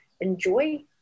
enjoy